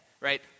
right